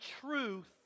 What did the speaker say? truth